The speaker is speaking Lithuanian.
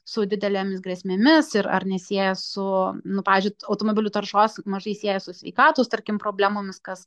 su didelėmis grėsmėmis ir ar nesieja su nu pavyzdžiui automobilių taršos mažai sieja su sveikatos tarkim problemomis kas